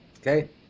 Okay